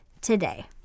today